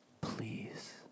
please